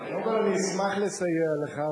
קודם כול, אשמח לסייע לך.